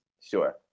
Sure